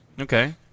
Okay